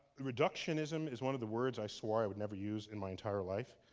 reductionism is one of the words i swore i would never use in my entire life.